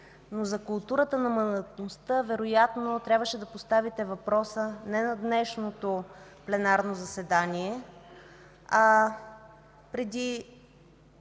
За културата на мандатността вероятно трябваше да поставите въпроса не на днешното пленарно заседание, а преди